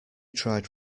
tried